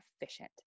efficient